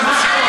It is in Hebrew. רק שנייה.